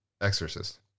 exorcist